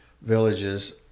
villages